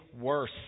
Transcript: worse